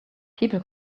people